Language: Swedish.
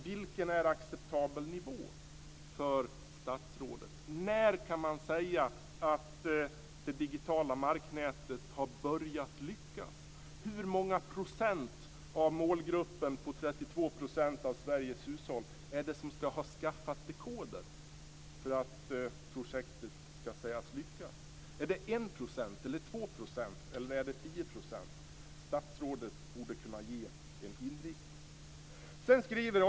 Vilken nivå är acceptabel för statsrådet? När kan man säga att det digitala marknätet har börjat lyckas? Hur många procent av målgruppen, 32 % av Sveriges hushåll, ska ha skaffat dekoder för att projektet ska sägas ha lyckats? Är det 1 %, är det 2 % eller är det 10 %? Statsrådet borde kunna ge en inriktning.